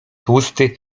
tłusty